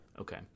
okay